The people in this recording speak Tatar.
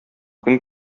көн